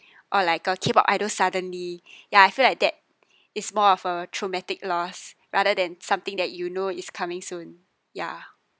or like a K_pop idol suddenly ya I feel like that is more of a traumatic loss rather than something that you know is coming soon ya